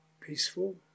peaceful